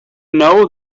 know